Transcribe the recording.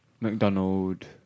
McDonald